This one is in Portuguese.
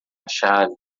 chave